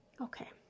Okay